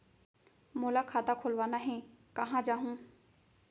मोला खाता खोलवाना हे, कहाँ जाहूँ?